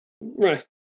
Right